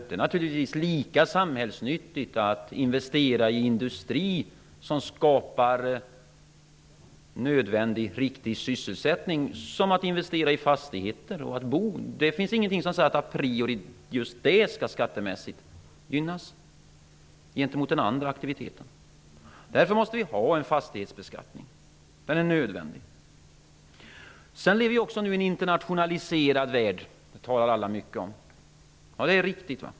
Det är lika samhällsnyttigt att investera i industri, som skapar sysselsättning, som att investera i fastigheter och att bo. Ingenting säger a priori att just boendet skall skattemässigt gynnas gentemot den andra aktiviteten. Därför måste vi ha en fastighetsbeskattning. Den är nödvändig. Vi lever nu i en internationaliserad värld. Det talar alla mycket om, och det är riktigt.